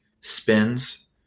spins